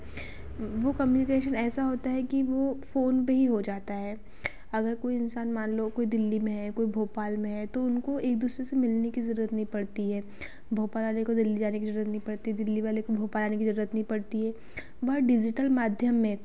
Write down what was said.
वह कम्यूनिकेशन ऐसा होता है कि वह फ़ोन पर ही हो जाता है अगर कोई इंसान मान लो कोई दिल्ली में है कोई भोपाल में है तो उनको एक दूसरे से मिलने की ज़रूरत नहीं पड़ती है भोपाल वाले को दिल्ली जाने की ज़रूरत नहीं पड़ती दिल्ली वाले को भोपाल आने की ज़रूरत नहीं पड़ती है बहुत डिजिटल माध्यम में